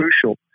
crucial